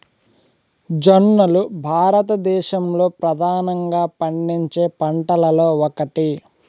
జొన్నలు భారతదేశంలో ప్రధానంగా పండించే పంటలలో ఒకటి